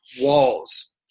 walls